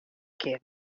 kinne